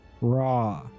Raw